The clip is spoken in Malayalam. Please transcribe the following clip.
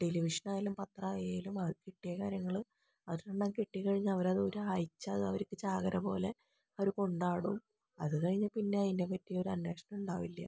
ടെലിവിഷൻ ആയാലും പത്രം ആയാലും അത് കിട്ടിയ കാര്യങ്ങൾ ഒരെണ്ണം കിട്ടിക്കഴിഞ്ഞാൽ അവരത് ഒരാഴ്ച അത് അവർക്ക് ചാകരപോലെ അവർ കൊണ്ടാടും അതുകഴിഞ്ഞ് പിന്നെ അതിനെപ്പറ്റി ഒരു അന്വേഷണം ഉണ്ടാവില്ല